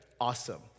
awesome